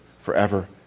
forever